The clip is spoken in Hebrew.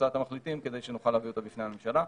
הצעת המחליטים כדי שנוכל להביא אותה בפני הממשלה.